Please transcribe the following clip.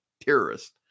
Terrorist